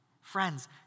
Friends